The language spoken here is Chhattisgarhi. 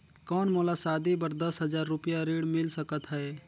कौन मोला शादी बर दस हजार रुपिया ऋण मिल सकत है?